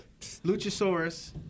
Luchasaurus